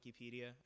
wikipedia